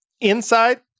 inside